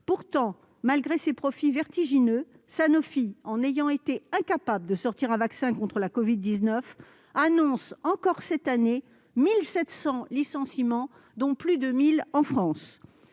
Pourtant, malgré ces profits vertigineux, Sanofi, qui a été incapable de sortir un vaccin contre la covid-19, annonce encore cette année 1 700 licenciements, dont plus de 1 000 en France.